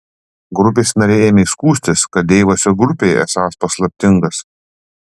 grupės nariai ėmė skųstis kad deivas ir grupėje esąs paslaptingas